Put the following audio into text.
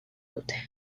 dute